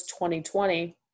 2020